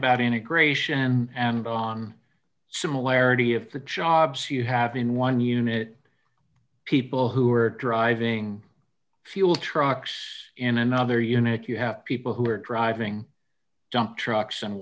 about integration and on similarity of the jobs you have in one unit people who are driving fuel trucks in another unit you have people who are driving dump trucks and